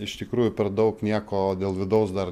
iš tikrųjų per daug nieko dėl vidaus dar